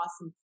awesome